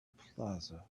plaza